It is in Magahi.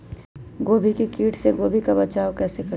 गोभी के किट से गोभी का कैसे बचाव करें?